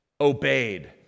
obeyed